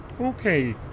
okay